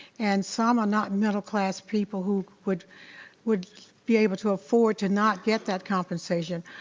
and some are not middle class people who would would be able to afford to not get that compensation.